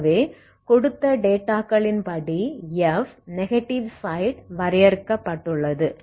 ஆகவே கொடுத்த டேட்டாகளின் படி F நெகடிவ் சைட் வரையறுக்கபட்டுள்ளது